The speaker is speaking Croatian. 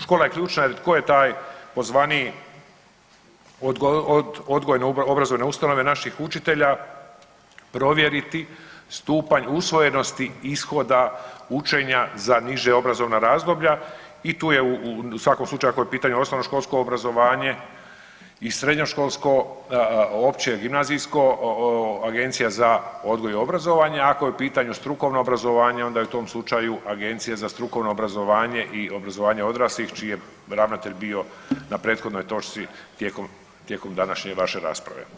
Škola je ključna jer tko je taj pozvaniji od odgojno obrazovne ustanove naših učitelja provjeriti stupanj usvojenosti ishoda učenja za niža obrazovna razdoblja i tu je u svakom slučaju ako je u pitanju osnovnoškolsko obrazovanje i srednjoškolsko opće gimnazijsko Agencija za odgoj i obrazovanje, ako je u pitanju strukovno obrazovanje onda je u tom slučaju Agencija za strukovno obrazovanje i obrazovanje odraslih čiji je ravnatelj bio na prethodnoj točci tijekom, tijekom današnje vaše rasprave.